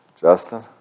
Justin